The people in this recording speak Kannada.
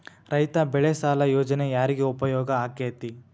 ರೈತ ಬೆಳೆ ಸಾಲ ಯೋಜನೆ ಯಾರಿಗೆ ಉಪಯೋಗ ಆಕ್ಕೆತಿ?